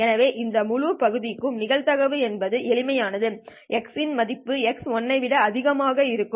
எனவே இந்த முழு பகுதிக்கும் நிகழ்தகவு என்பது எளிமையாக x இன் மதிப்பு x1 ஐ விட அதிகமாக இருக்கும்